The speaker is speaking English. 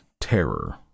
terror